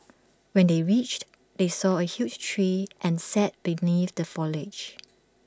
when they reached they saw A huge tree and sat beneath the foliage